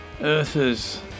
Earthers